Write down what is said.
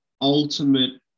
ultimate